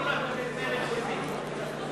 (אומר בשפה הערבית: